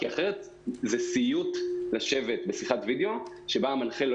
כי זה אחרת זה סיוט לשבת בשיחת וידאו שבה המנחה לא